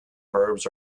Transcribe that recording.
verbs